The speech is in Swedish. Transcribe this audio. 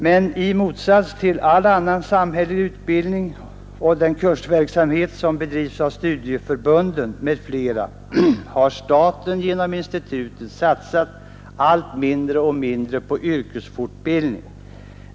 Men i motsats till all annan samhällelig utbildning och den kursverksamhet som bedrivs av studieförbunden m.fl. har staten genom institutet satsat allt mindre och mindre på yrkesfortbildning.